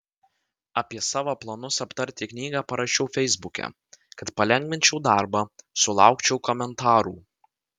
apie savo planus aptarti knygą parašiau feisbuke kad palengvinčiau darbą sulaukčiau komentarų